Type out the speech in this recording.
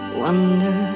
wonder